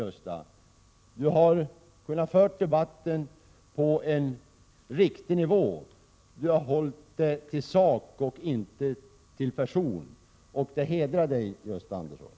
Han har kunnat föra debatten på rätt nivå, genom att hålla sig till sak och inte till person, och det hedrar Gösta Andersson.